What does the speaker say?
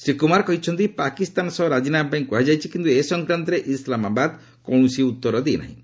ଶ୍ରୀ କୁମାର କହିଛନ୍ତି ପାକିସ୍ତାନ ସହ ରାଜିନାମା ପାଇଁ କୁହାଯାଇଛି କିନ୍ତୁ ଏ ସଂକ୍ରାନ୍ତରେ ଇସ୍ଲାମବାଦ କୌଣସି ଉତ୍ତର ଦେଇନାହିଁ